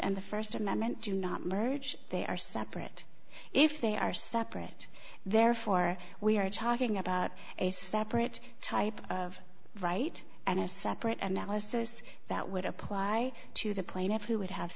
and the st amendment do not merge they are separate if they are separate therefore we are talking about a separate type of right and a separate analysis that would apply to the plaintiff who would have